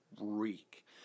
reek